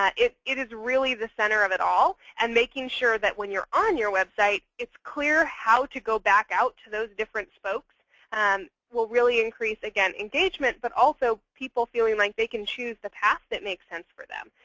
it it is really the center of it all. and making sure that when you're on your website, it's clear how to go back out to those different spokes and will really increase, again, engagement. but also people feeling like they can choose the path that makes sense for them.